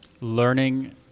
learning